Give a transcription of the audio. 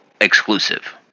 exclusive